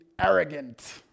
arrogant